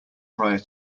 prior